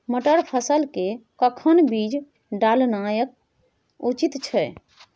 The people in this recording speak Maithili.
मटर फसल के कखन बीज डालनाय उचित छै?